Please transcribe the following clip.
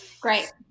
Great